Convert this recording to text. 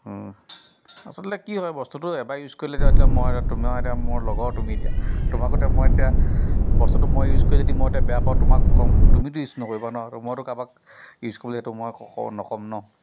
আচলতে কি হয় বস্তুটো এবাৰ ইউজ কৰিলে মই এতিয়া তোমাৰ এতিয়া মোৰ লগৰ তুমি এতিয়া তোমাকো এতিয়া মই এতিয়া বস্তুটো মই ইউজ কৰি যদি মই এতিয়া বেয়া পাওঁ তোমাকো ক'ম তুমিতো ইউজ নকৰিবা ন আৰু মইতো কাবাক ইউজ কৰিবলৈ এইটো মই নক'ম ন